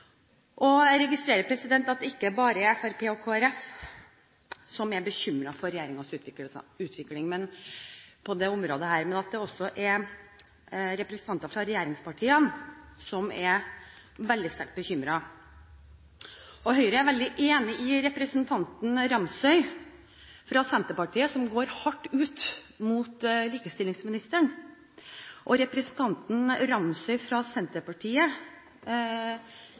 oppvekstvilkår. Jeg registrerer at det ikke bare er Høyre, Fremskrittspartiet og Kristelig Folkeparti som er bekymret for regjeringens utvikling på dette området, men at også representanter for regjeringspartiene er veldig sterkt bekymret. Høyre er veldig enig med representanten Ramsøy fra Senterpartiet, som går hardt ut mot likestillingsministeren. Representanten Ramsøy fra Senterpartiet